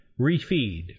refeed